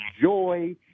joy